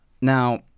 Now